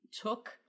took